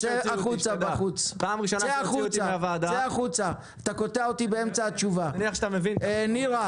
אתה יכול לקרוא אותי לסדר.